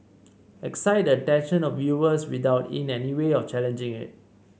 excite the attention of viewers without in any way of challenging it